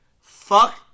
Fuck